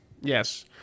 Yes